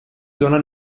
zona